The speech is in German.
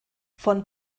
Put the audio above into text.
von